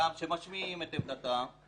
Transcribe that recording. שמשמיעים את עמדתם.